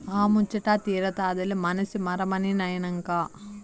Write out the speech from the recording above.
ఆ ముచ్చటా తీరతాదిలే మనసి మరమనినైనంక